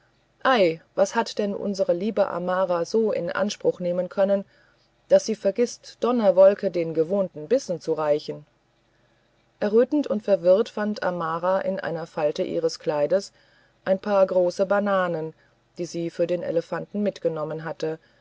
ei was hat denn unsere liebe amara so in anspruch nehmen können daß sie vergißt donnerwolke den gewohnten bissen zu reichen errötend und verwirrt fand amara in einer falte ihres kleides ein paar große bananen die sie für den elefanten mitgenommen hatte